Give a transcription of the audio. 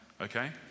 okay